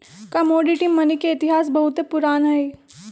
commodity money के इतिहास बहुते पुरान हइ